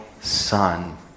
Son